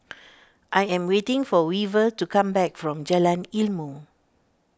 I am waiting for Weaver to come back from Jalan Ilmu